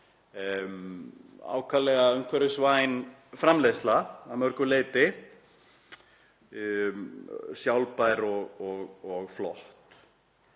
ákaflega umhverfisvæn framleiðsla að mörgu leyti, sjálfbær og flott.